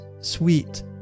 sweet